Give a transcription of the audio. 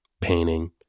painting